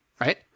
Right